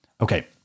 Okay